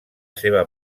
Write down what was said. seva